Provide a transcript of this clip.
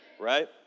right